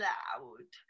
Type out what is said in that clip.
loud